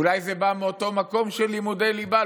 אולי זה בא מאותו המקום של לימודי ליבה,